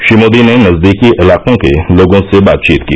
श्री मोदी ने नजंदीकी इलाकों के लोगों के साथ बातचीत की